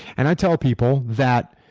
and i tell people that